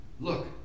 Look